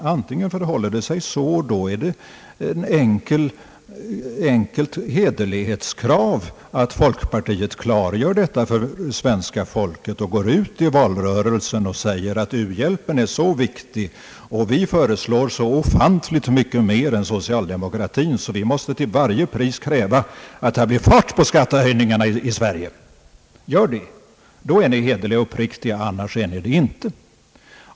Om det förhåller sig så, är det ett enkelt hederlighetskrav att folkpartiet klargör detta för svenska folket, går ut i valrörelsen och säger att u-hjälpen är så viktig och att man föreslår så ofantligt mycket mer än socialdemokratin att man till varje pris måste kräva att det blir fart på skattehöjningarna i Sverige. Om ni gör det, är ni hederliga och uppriktiga, annars är ni det inte.